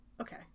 okay